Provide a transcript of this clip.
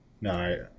no